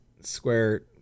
Square